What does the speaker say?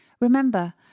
Remember